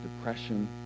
depression